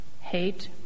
Hate